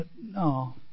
No